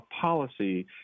policy